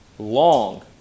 Long